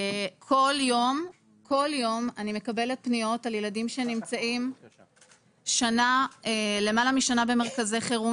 כל יום אני מקבלת פניות על ילדים שנמצאים למעלה משנה במרכזי חירום,